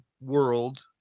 world